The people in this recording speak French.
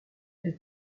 elle